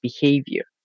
behavior